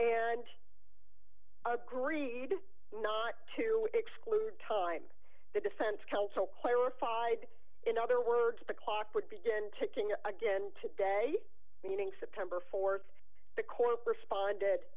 and agreed not to exclude time the defense counsel clarified in other words the clock would begin ticking again today meaning september th the corporate spon